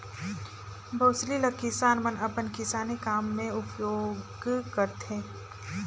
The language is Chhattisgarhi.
बउसली ल किसान मन अपन किसानी काम मे उपियोग करथे